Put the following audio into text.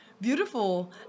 Beautiful